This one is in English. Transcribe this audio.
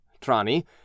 Trani